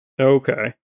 Okay